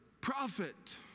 prophet